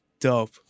dope